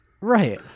Right